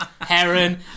Heron